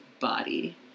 body